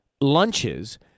lunches